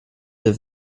der